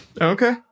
okay